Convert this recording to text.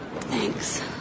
Thanks